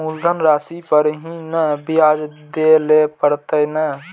मुलधन राशि पर ही नै ब्याज दै लै परतें ने?